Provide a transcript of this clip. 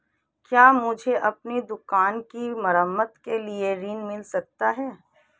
क्या मुझे अपनी दुकान की मरम्मत के लिए ऋण मिल सकता है?